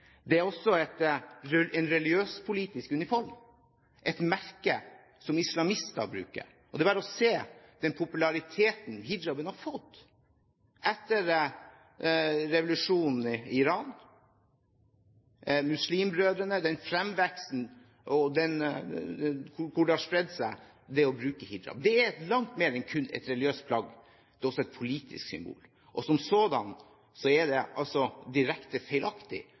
Det er også en religiøs politisk uniform, et merke som islamister bruker. Det er bare å se den populariteten hijaben har fått etter revolusjonen i Iran, Muslimbrødrene og fremveksten der, og hvordan det å bruke hijab har spredt seg. Det er langt mer enn kun et religiøst plagg, det er også et politisk symbol, og som sådan er det altså direkte